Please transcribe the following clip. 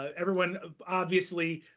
everyone, obviously,